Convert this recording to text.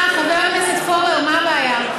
מה, חבר הכנסת פורר, מה הבעיה?